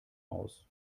aus